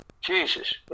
Jesus